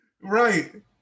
Right